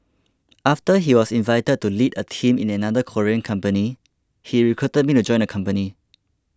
after he was invited to lead a team in another Korean company he recruited me to join the company